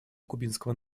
кубинского